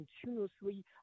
continuously